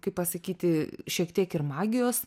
kaip pasakyti šiek tiek ir magijos